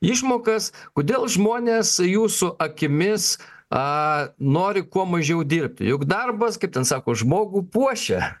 išmokas kodėl žmonės jūsų akimis a nori kuo mažiau dirbti juk darbas kaip ten sako žmogų puošia